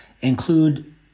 include